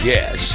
Yes